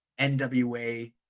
NWA